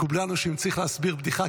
מקובלנו שאם צריך להסביר בדיחה,